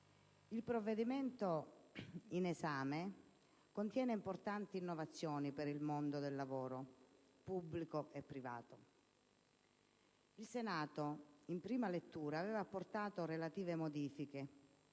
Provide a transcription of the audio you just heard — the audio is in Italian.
il provvedimento in esame contiene importanti innovazioni per il mondo del lavoro privato e pubblico. Il Senato in prima lettura aveva apportato rilevanti modifiche;